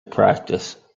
practice